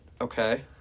Okay